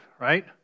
right